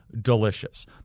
delicious